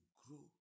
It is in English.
grow